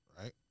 right